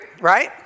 right